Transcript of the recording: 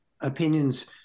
opinions